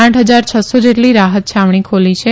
આઠ ફજાર છસ્સો જેટલી રાહત છાવણી ખોલી છે